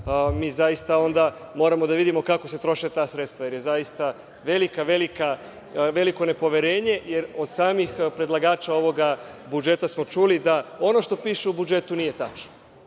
zaista onda moramo da vidimo kako se troše ta sredstva, jer je zaista veliko, veliko nepoverenje, jer od samih predlagača ovoga budžeta smo čuli da ono što piše u budžetu nije tačno.